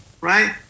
right